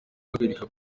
ahagarika